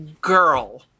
girl